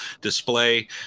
display